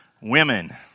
women